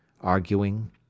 arguing